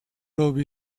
love